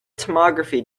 tomography